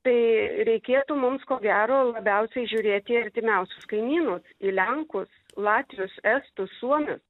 tai reikėtų mums ko gero labiausiai žiūrėti į artimiausius kaimynus į lenkus latvius estus suomius